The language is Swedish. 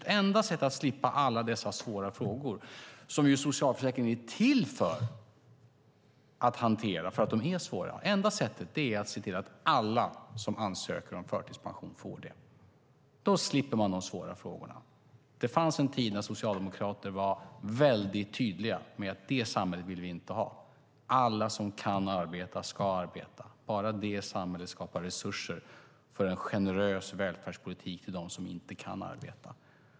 Det enda sättet att slippa alla dessa svåra frågor, som ju socialförsäkringen är till för att hantera, är att se till att alla som ansöker om förtidspension får det. Då slipper man de svåra frågorna. Det fanns en tid när socialdemokrater var väldigt tydliga med att det samhället vill vi inte ha. Alla som kan arbeta ska arbeta. Bara det samhället skapar resurser för en generös välfärdspolitik för dem som inte kan arbeta.